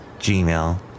Gmail